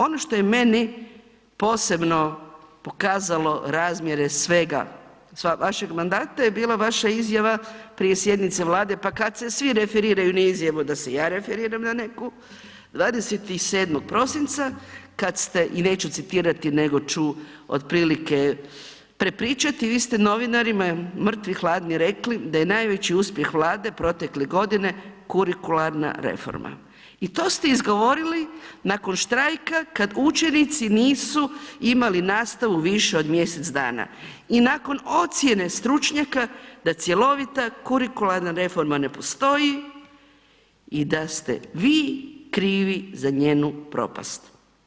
Ono što je meni posebno pokazalo razmjere svega vašeg mandata je bila vaša izjava prije sjednice Vlade pa kad se svi referiraju na izjavu, da se i ja referiram na neku, 27. prosinca kad ste, i neću citirati nego ću otprilike prepričati, vi ste novinarima mrtvi hladni rekli da je najveći uspjeh Vlade protekle godine kurikularna reforma i to ste izgovorili nakon štrajka kad učenici nisu imali nastavu više od mjesec dana i nakon ocijene stručnjaka da cjelovita kurikularna reforma ne postoji i da ste vi krivi za njenu propast.